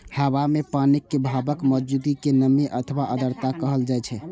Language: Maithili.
हवा मे पानिक भापक मौजूदगी कें नमी अथवा आर्द्रता कहल जाइ छै